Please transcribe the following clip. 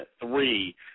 three